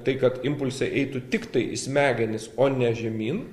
tai kad impulsai eitų tiktai į smegenis o ne žemyn